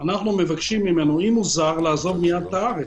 אנחנו מבקשים ממנו אם הוא זר - לעזוב מייד את הארץ.